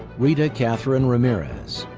rita katherine ramirez,